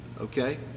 Okay